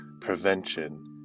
prevention